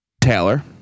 Taylor